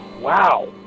Wow